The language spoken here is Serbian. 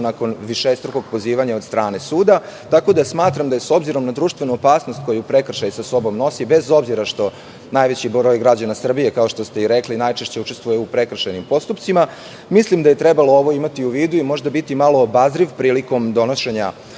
nakon višestrukog pozivanja od strane suda. Tako da, smatram da je s obzirom na društvenu opasnost koju prekršaj sa sobom nosi, bez obzira što najveći broj građana Srbije najčešće učestvuje u prekršajnim postupcima, mislim da je trebalo imati ovo u vidu i možda biti malo obazriv prilikom donošenja ovakve